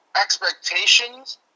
Expectations